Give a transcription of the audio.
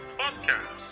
podcast